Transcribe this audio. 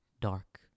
dark